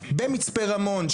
במצפה רמון,